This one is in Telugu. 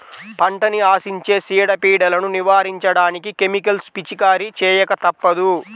పంటని ఆశించే చీడ, పీడలను నివారించడానికి కెమికల్స్ పిచికారీ చేయక తప్పదు